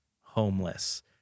homeless